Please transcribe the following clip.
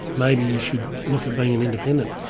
maybe you should look at being an independent.